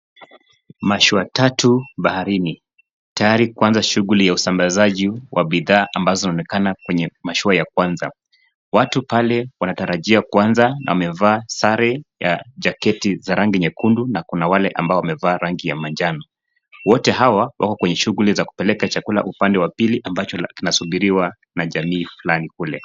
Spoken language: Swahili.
Mashua tatu baharini, tayari kuanza shughuli ya usambazaji wa bidhaa ambazo zinaonekana kwenye mashua ya kwanza. Watu pale wanatarajia kwanza wamevaa sare ya jaketi za rangi nyekundu na kuna wale ambao wamevaa rangi ya manjano. Wote hawa wako kwenye shughuli ya kupeleka chakula upande wa pili ambayo inasubiriwa na jamii fulani kule.